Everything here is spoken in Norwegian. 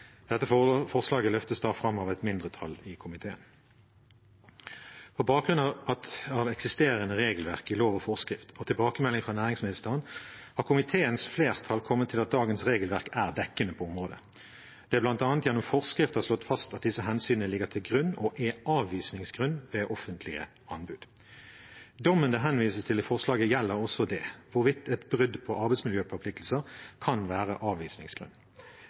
Dette forslaget løftes fram av et mindretall i komiteen. På bakgrunn av eksisterende regelverk i lov og forskrift og tilbakemelding fra næringsministeren har komiteens flertall kommet til at dagens regelverk er dekkende på området. Det er bl.a. gjennom forskrifter slått fast at disse hensynene ligger til grunn og er avvisningsgrunn ved offentlige anbud. Dommen det henvises til i forslaget, gjelder også det – hvorvidt et brudd på arbeidsmiljøforpliktelser kan være avvisningsgrunn.